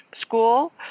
school